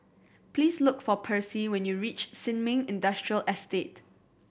please look for Percy when you reach Sin Ming Industrial Estate